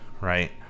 right